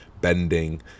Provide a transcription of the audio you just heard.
bending